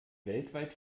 weltweit